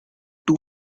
two